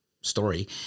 story